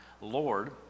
Lord